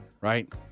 right